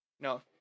no